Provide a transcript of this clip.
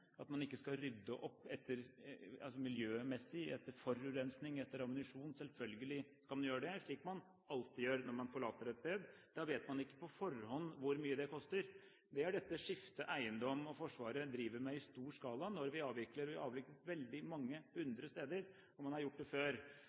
at man ikke skal rydde opp miljømessig etter forurensning og etter ammunisjon. Selvfølgelig skal man gjøre det, slik man alltid gjør når man forlater et sted. Da vet man ikke på forhånd hvor mye det koster. Det er dette Skifte Eiendom og Forsvaret driver med i stor skala når vi avvikler. Vi avvikler mange hundre steder, og man har gjort det før.